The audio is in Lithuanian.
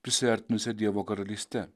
prisiartinusia dievo karalyste